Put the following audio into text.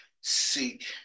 seek